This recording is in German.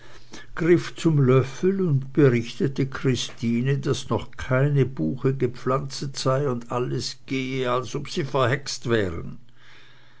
griff zum löffel und berichtete christine daß noch keine buche gepflanzet sei und alles gehe als ob sie verhext wären